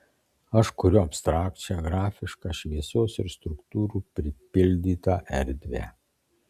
aš kuriu abstrakčią grafišką šviesos ir struktūrų pripildytą erdvę